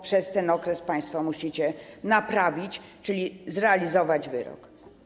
Przez ten okres państwo musicie to naprawić, czyli zrealizować wyrok.